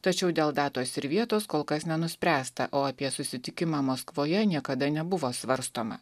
tačiau dėl datos ir vietos kol kas nenuspręsta o apie susitikimą maskvoje niekada nebuvo svarstoma